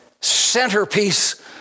centerpiece